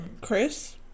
Chris